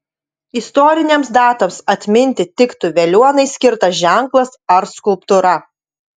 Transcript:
istorinėms datoms atminti tiktų veliuonai skirtas ženklas ar skulptūra